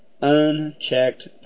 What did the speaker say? unchecked